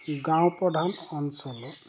গাঁওপ্ৰধান অঞ্চলত